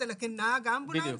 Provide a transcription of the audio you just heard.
כנהג אמבולנס,